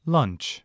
Lunch